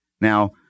Now